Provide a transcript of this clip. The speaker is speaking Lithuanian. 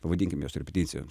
pavadinkim juos repeticijos